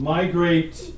Migrate